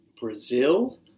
brazil